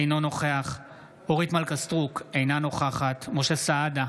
אינו נוכח אורית מלכה סטרוק, אינה נוכחת משה סעדה,